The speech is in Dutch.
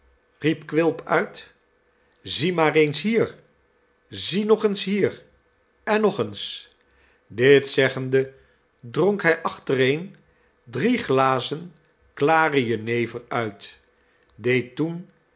riep quilp uit zie maar eens hier zie nog eens en nog eens dit zeggende dronk hij achtereen drie glazen klare jenever uit deed toen